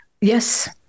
Yes